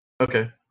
Okay